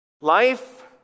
life